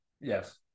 Yes